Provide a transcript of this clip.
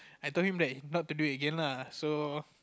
I told him that not to do it again lah so